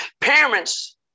Parents